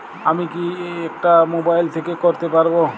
আমি কি এটা মোবাইল থেকে করতে পারবো?